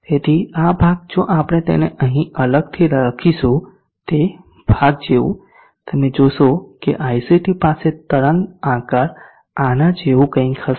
તેથી આ ભાગ જો આપણે તેને અહીં અલગથી લખીશું તે ભાગ જેવું તમે જોશો કે ict પાસે તરંગ આકાર આના જેવું કંઈક હશે